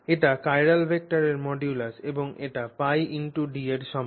এটি চিরাল ভেক্টরের মডুলাস এবং এটি πD এর সমান